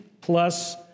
plus